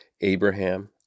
Abraham